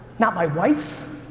not my wife's,